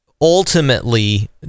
ultimately